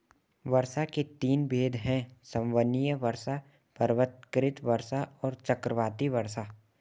वर्षा के तीन भेद हैं संवहनीय वर्षा, पर्वतकृत वर्षा और चक्रवाती वर्षा